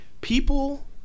people